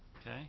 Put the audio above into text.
Okay